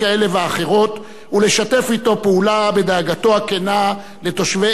ולשתף אתו פעולה בדאגתו הכנה לתושבי עמק-חפר,